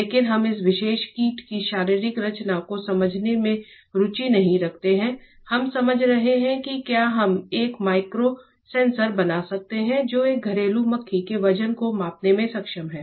लेकिन हम इस विशेष कीट की शारीरिक रचना को समझने में रुचि नहीं रखते हैं हम समझ रहे हैं कि क्या हम एक माइक्रो सेंसर बना सकते हैं जो एक घरेलू मक्खी के वजन को मापने में सक्षम है